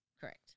Correct